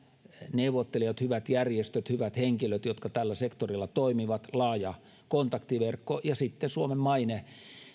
neuvottelijat hyvät järjestöt hyvät henkilöt jotka tällä sektorilla toimivat laaja kontaktiverkko ja sitten suomen maine